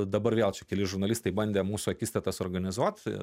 dabar vėl čia keli žurnalistai bandė mūsų akistatą suorganizuot